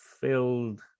filled